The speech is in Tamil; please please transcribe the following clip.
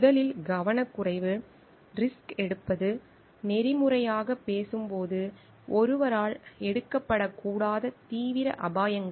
முதலில் கவனக்குறைவு ரிஸ்க் எடுப்பது நெறிமுறையாகப் பேசும் போது ஒருவரால் எடுக்கப்படக் கூடாத தீவிர அபாயங்கள்